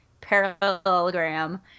parallelogram